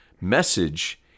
message